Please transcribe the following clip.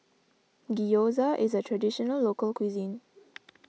Gyoza is a Traditional Local Cuisine